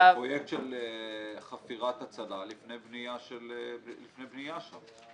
זה פרויקט של חפירת הצלה לפני בנייה שם.